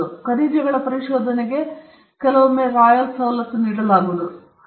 ಖನಿಜಗಳ ಪರಿಶೋಧನೆಗೆ ಕೆಲವೊಮ್ಮೆ ರಾಯಲ್ ಸವಲತ್ತುಗಳನ್ನು ನೀಡಲಾಗುವುದು ಸವಲತ್ತುಗಳನ್ನು ನೀಡಲಾಗಿದೆ